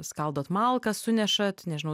skaldot malkas suneša nežinau